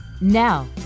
Now